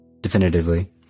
Definitively